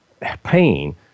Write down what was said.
pain